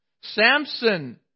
Samson